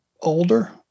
older